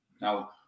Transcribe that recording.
now